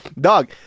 Dog